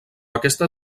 aquesta